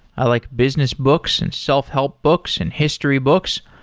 i like business books and self-help books and history books,